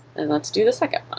and let's do the second